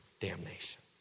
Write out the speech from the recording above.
damnation